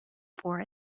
for